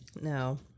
No